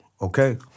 okay